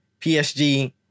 PSG